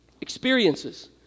Experiences